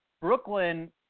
Brooklyn